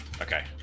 Okay